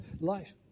life